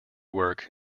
work